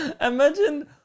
Imagine